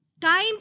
Time